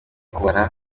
kubara